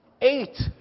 eight